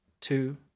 two